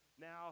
Now